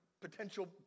Potential